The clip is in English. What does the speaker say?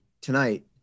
tonight